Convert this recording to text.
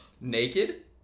Naked